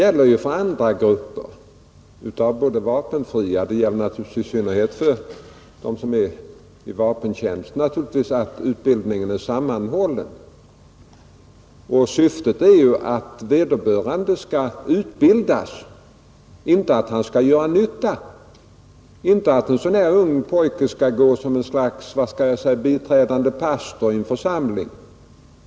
Även för andra grupper, i synnerhet för dem som utbildas i vapentjänst, gäller att utbildningen måste vara sammanhållen. Syftet är ju att vederbörande skall utbildas, inte att de skall göra nytta. En sådan här ung pojke skall inte gå som något slags biträdande pastor i en församling.